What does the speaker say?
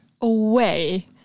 away